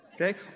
Okay